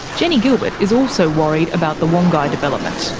jennie gilbert is also worried about the wongai development,